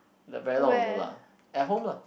very long ago lah at home lah